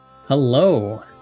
Hello